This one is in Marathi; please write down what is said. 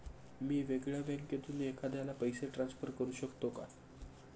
मी वेगळ्या बँकेतून एखाद्याला पैसे ट्रान्सफर करू शकतो का?